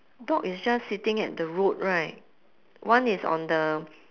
dog is just sitting at the road right one is on the